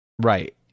Right